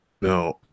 No